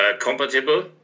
compatible